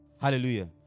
Hallelujah